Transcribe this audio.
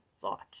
thought